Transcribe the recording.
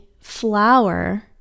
flower